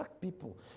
people